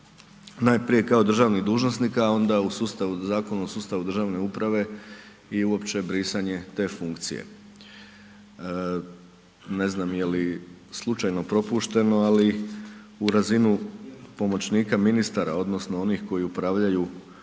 najprije kao draženih dužnosnika, a onda u sustavu Zakon o sustavu državne uprave i uopće brisanje te funkcije. Ne znam je li slučajno propušteno, ali u razinu pomoćnika ministara, odnosno, onih koji upravljaju